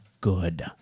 good